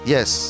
Yes